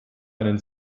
einen